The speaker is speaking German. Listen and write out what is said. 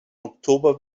oktober